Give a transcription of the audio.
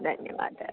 धन्यवादः